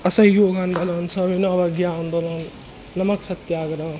असहयोग आन्दोलन सविनय अवज्ञा आन्दोलन नामक सत्याग्रह